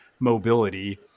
mobility